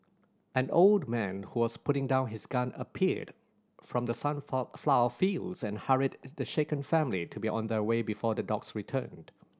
an old man who was putting down his gun appeared from the sun flower fields and hurried the shaken family to be on their way before the dogs return